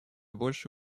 больше